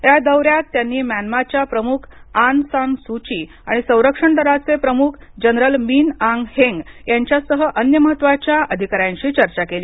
या दौऱ्यात त्यांनी म्यानमाच्या प्रमुख आंग सान सू ची आणि संरक्षण दलांचे प्रमुख जनरल मिन आंग ह्रेंग यांच्यासह अन्य महत्त्वाच्या अधिकाऱ्यांशी चर्चा केली